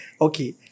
Okay